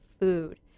food